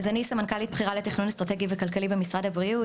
אני סמנכ"לית בכירה למנהל תכנון אסטרטגי וכלכלה במשרד הבריאות,